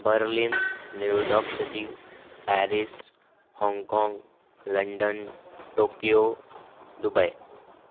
Berlin New York city Paris Hong Kong London Tokyo Dubai